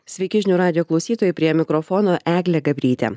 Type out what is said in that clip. sveiki žinių radijo klausytojai prie mikrofono eglė gabrytė